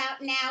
now